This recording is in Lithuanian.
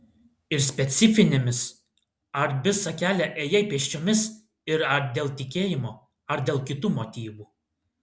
ir specifinėmis ar visą kelią ėjai pėsčiomis ir ar dėl tikėjimo ar dėl kitų motyvų